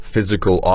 Physical